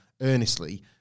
earnestly